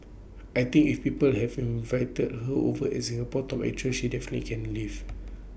I think if people have invited her over as Singapore's top actress she definitely can live